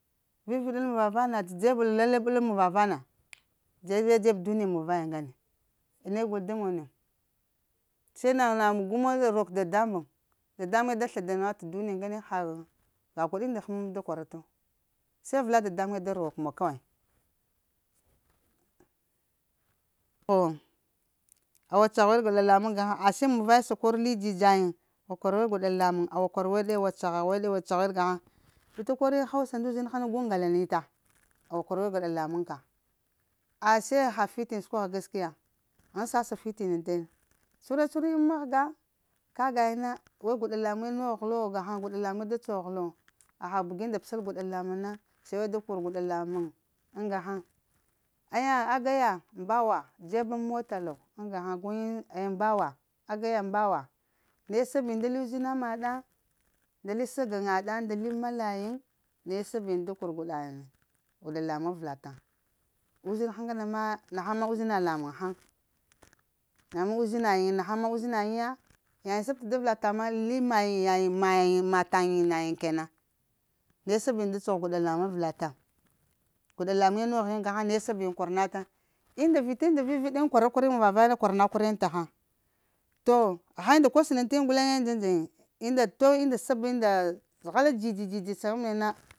Vivəɗal mu va vana t’ dzebəl laləɓəl muva vana, dzebe-dzeb duniya muŋ vaya ŋgane, ne gol da mono, se na na gu muwa rok dadamuŋ, dadamuŋe da sladama t’ duniya ngane, ha ha gwaɗinda həmal da kwaratu, se avəla dadamuŋ da rok muwa kawai. awa caha weɗ gwaɗa lamuŋ gahaŋ ase mun vaye sa kor li dzidzayiŋ awa kwara weɗ gwaɗa lamuŋ, awa kwara weɗe awa caha weɗ gahaŋ vita kor yiŋ hausa na gu ŋga la lanita awa kwara weɗ gwaɗa lamuŋ ka. Ase aha fitiŋ sukwagha gaskiya? Ghaŋ sasa fitiŋ ŋ tene. Cuhure-cuhura yiŋ mahga, ka gayiŋ na, wai gwaɗa lamuŋe nogh lo gahaŋ gwaɗa lamuŋe da kor lo, aha bəgu nda p'səl gwaɗa lamuŋ na səweɗ da kor gwaɗa lamuŋ ŋ ga haŋ. Aya aja ya mbawa dze ŋ mota lo ŋ gahaŋ guyiŋ aya mbawa, aga ya mbawa, naye sab yiŋ ndali uzuna maɗa nda li sagaŋa ɗa nda li mala yiŋ naye sab yiŋ da kor gwaɗa yiŋ gwaɗa lamuŋ avəla taŋ uzinha ŋgana ma nahaŋ ma uzuna lamuŋ haŋ ama uzina yiŋ nahaŋ ma uzinayiŋ ya. na yiŋ sab ta da vəla taŋ ma li mayiŋ yayiŋ mayiŋ maɗ taŋ nayiŋ kenan, na te sab yiŋ cogh gwaɗa lamuŋ avəla taŋ gwaɗa lamuŋe nogh yiŋ gahaŋ naye sab yiŋ kwaranata unda vituŋ nda viva ɗa yiŋ kwara kwara yiŋ mun va vaya na kwara yiŋ mun va vaya na kwara na kwara na kwara yiŋ tahaŋ. To haha unda kol sənan ta yiŋ guleŋe ndza-ndza yiŋ unda toy unda sab unda hala dzidzi saŋab na yin